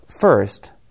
First